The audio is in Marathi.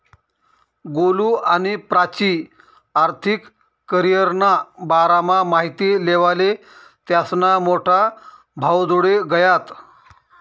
गोलु आणि प्राची आर्थिक करीयरना बारामा माहिती लेवाले त्यास्ना मोठा भाऊजोडे गयात